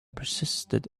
persisted